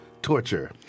Torture